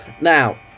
Now